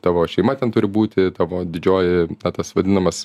tavo šeima ten turi būti tavo didžioji na tas vadinamas